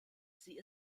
sie